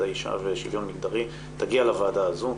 האישה ושוויון מגדרי תגיע לוועדה הזו.